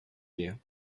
you